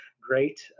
great